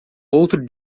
outro